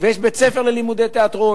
ויש בית-ספר ללימודי תיאטרון,